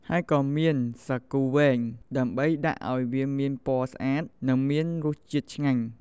ហើយក៏មាន សាគូវែង ដើម្បីដាក់អោយវាមានពណ៌ស្អាត និងមានរសជាតិឆ្ងាញ់។